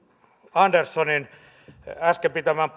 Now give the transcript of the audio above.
anderssonin äsken pitämästä